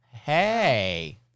Hey